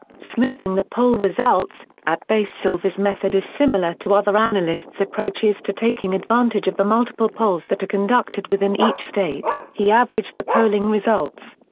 smoothing the poll results at base silver's method is similar to other analysts' approaches to taking advantage of the multiple polls that are conducted within each state he averaged the polling results.